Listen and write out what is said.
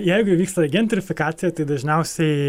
jeigu įvyksta gentrifikacija tai dažniausiai